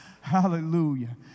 Hallelujah